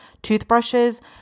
toothbrushes